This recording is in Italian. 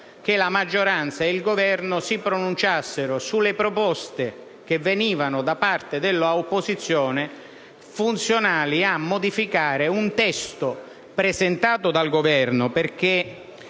che la maggioranza e il Governo si pronunciassero sulle proposte che venivano da parte dell'opposizione funzionali a modificare un testo presentato dal Governo, perché